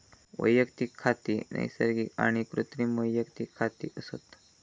वैयक्तिक खाती नैसर्गिक आणि कृत्रिम वैयक्तिक खाती असत